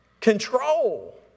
control